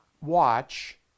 watch